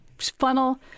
funnel